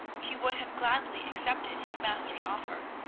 he would have gladly accepted his master's offer.